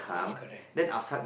correct